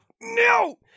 No